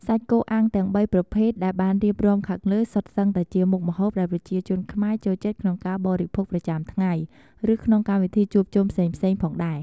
សាច់គោអាំងទាំងបីប្រភេទដែលបានរៀបរាប់ខាងលើសុទ្ធសឹងតែជាមុខម្ហូបដែលប្រជាជនខ្មែរចូលចិត្តក្នុងការបរិភោគប្រចាំថ្ងៃ ឬក្នុងកម្មវិធីជួបជុំផ្សេងៗផងដែរ។